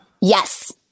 Yes